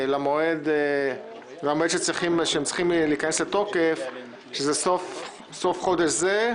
למועד שהם צריכים להיכנס לתוקף שזה סוף חודש זה,